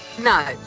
No